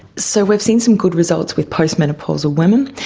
so we've seen some good results with postmenopausal women.